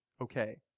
okay